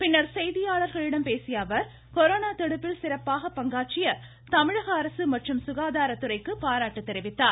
பின்னர் செய்தியாளர்களிடம் பேசிய அவர் கொரோனா தடுப்பில் சிறப்பாக பங்காற்றிய தமிழக அரசு மற்றும் சுகாதாரத்துறைக்கு பாராட்டு தெரிவித்தார்